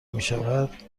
میشود